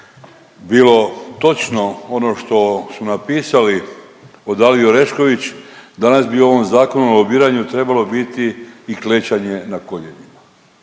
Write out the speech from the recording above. bilo točno ono što su napisali o Daliji Orešković danas bi u ovom Zakonu o lobiranju trebalo biti i klečanje na koljenima.